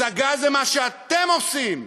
הצגה, זה מה שאתם עושים.